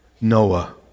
Noah